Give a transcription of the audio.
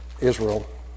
Israel